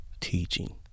teaching